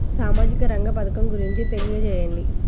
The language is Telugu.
సామాజిక రంగ పథకం గురించి తెలియచేయండి?